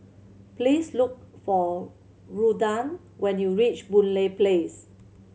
please look for Ruthann when you reach Boon Lay Place